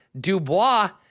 Dubois